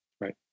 Right